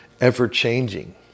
ever-changing